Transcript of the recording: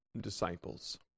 disciples